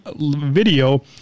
video